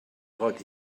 got